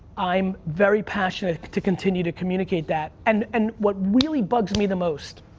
i'm very passionate to continue to communicate that and and what really bugs me the most